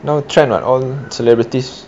no channel on celebrities